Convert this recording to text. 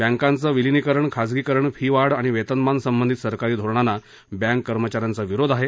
बँकांचं विलीनीकरण खाजगीकरण फी वाढ आणि वेतनमान संबंधित सरकारी धोरणांना बँक कर्मचाऱ्यांचा विरोध आहे